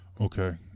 Okay